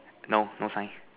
no no sign